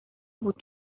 بودم